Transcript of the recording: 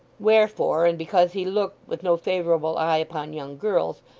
wherefore, and because he looked with no favourable eye upon young girls,